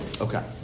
Okay